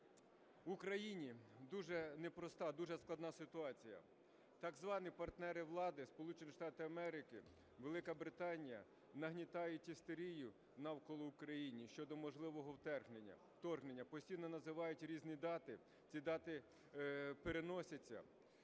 Україні дуже непроста, дуже складна ситуація. Так звані партнери влади Сполучені Штати Америки, Велика Британія нагнітають істерію навколо України щодо можливого вторгнення, постійно називають різні дати, ці дати переносяться